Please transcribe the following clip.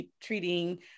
treating